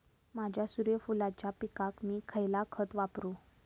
माझ्या सूर्यफुलाच्या पिकाक मी खयला खत वापरू?